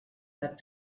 that